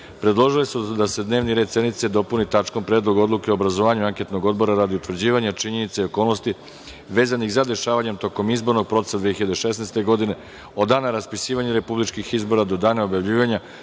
predložili su da se dnevni red sednice dopuni tačkom – Predlog odluke o obrazovanju anketnog odbora radi utvrđivanja činjenica i okolnosti vezanih za dešavanja tokom izbornog procesa 2016. godine, od dana raspisivanja republičkih izbora do dana objavljivanja